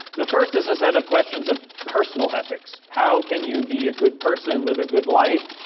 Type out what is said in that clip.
the first is a set of questions of personal ethics. how can you be a good person, live a good life?